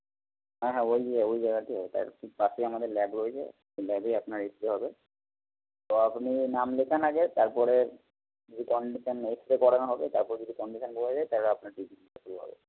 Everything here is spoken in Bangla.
হ্যাঁ হ্যাঁ ওই ওই জায়গাতেই হবে তার ঠিক পাশেই আমাদের ল্যাব রয়েছে ওই ল্যাবেই আপনার এক্স রে হবে তো আপনি নাম লেখান আগে তারপরে কি কন্ডিশান এক্স রে করানো হবে তারপর যদি কন্ডিশান বোঝা যায় তাহলে আপনার ট্রিটমেন্ট শুরু হবে